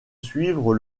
suivre